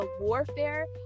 warfare